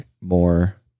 more